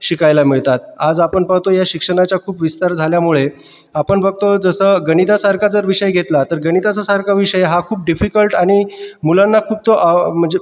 शिकायला मिळतात आज आपण पाहतो या शिक्षणाचा खूप विस्तार झाल्यामुळे आपण बघतो जसं गणितासारखा जर विषय घेतला तर गणितासासारखा विषय हा खूप डिफीकल्ट आणि मुलांना खूप तो म्हणजे